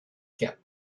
cap